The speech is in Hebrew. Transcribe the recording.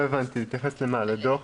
להתייחס למה, לדו"ח?